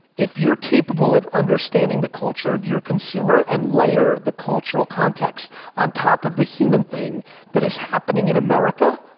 if you're capable of understanding the culture of your consumer and layer the cultural context on top of the human thing that is happening in america,